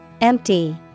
Empty